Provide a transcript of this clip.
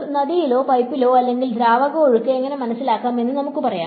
ഒരു നദിയിലോ പൈപ്പിലോ അല്ലെങ്കിൽ ദ്രാവക ഒഴുക്ക് എങ്ങനെ മനസ്സിലാക്കാം എന്ന് നമുക്ക് പറയാം